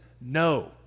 no